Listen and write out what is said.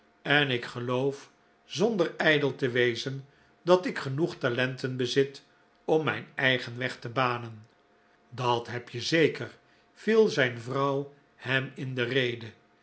en ik geloof zonder ijdel te wezen dat ik genoeg talenten bezit om mijn eigen weg te banen dat heb je zeker viel zijn vrouw hem in de rede